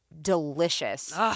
delicious